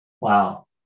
wow